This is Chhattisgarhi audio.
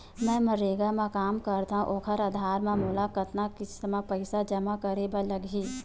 मैं मनरेगा म काम करथव, ओखर आधार म मोला कतना किस्त म पईसा जमा करे बर लगही?